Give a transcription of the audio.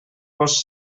vos